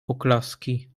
oklaski